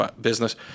business